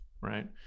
right